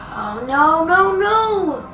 no no no!